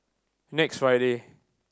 next Friday